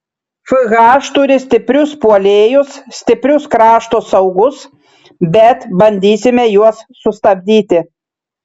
fh turi stiprius puolėjus stiprius krašto saugus bet bandysime juos sustabdyti